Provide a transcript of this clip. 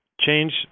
change